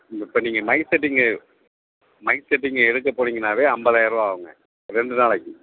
இப்போ நீங்கள் mic setting mic செட்டிங்கை எடுக்கப் போகிறீங்கன்னாவே ஐம்பதாய ரூபா ஆகுங்க ரெண்டு நாளைக்கு